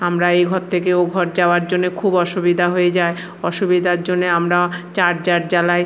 আমরা এই ঘর থেকে ও ঘর যাওয়ার জন্যে খুব অসুবিধা হয়ে যায় অসুবিধার জন্যে আমরা চার্জার জ্বালাই